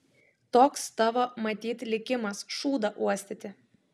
toks tavo matyt likimas šūdą uostyti